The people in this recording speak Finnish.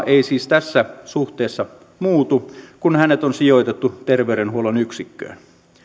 ei siis tässä suhteessa muutu kun hänet on sijoitettu terveydenhuollon yksikköön